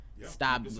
Stop